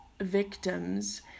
victims